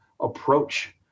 approach